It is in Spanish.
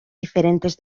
diferentes